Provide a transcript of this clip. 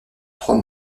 trois